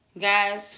Guys